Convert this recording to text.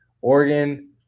Oregon